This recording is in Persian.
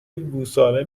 گوساله